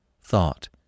Thought